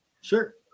sure